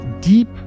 deep